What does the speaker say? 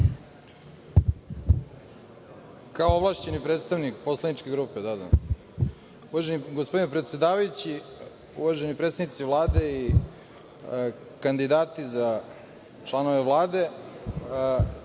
Kao ovlašćeni predstavnik poslaničke grupe. Uvaženi gospodine predsedavajući, uvaženi predstavnici Vlade, kandidati za članove Vlade,